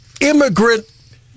immigrant